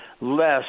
less